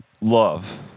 Love